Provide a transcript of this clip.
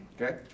Okay